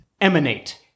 emanate